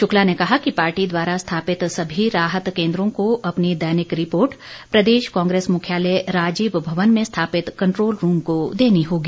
शुक्ला ने कहा कि पार्टी द्वारा स्थापित सभी राहत केंद्रों को अपनी दैनिक रिपोर्ट प्रदेश कांग्रेस मुख्यालय राजीव भवन में स्थापित कंट्रोल रूम को देनी होगी